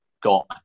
got